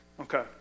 Okay